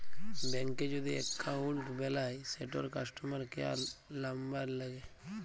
ব্যাংকে যদি এক্কাউল্ট বেলায় সেটর কাস্টমার কেয়ার লামবার ল্যাগে